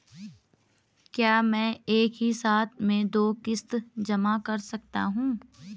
क्या मैं एक ही साथ में दो किश्त जमा कर सकता हूँ?